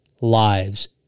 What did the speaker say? lives